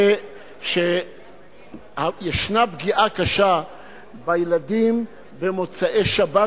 זה הפגיעה הקשה שישנה בילדים במוצאי-שבת,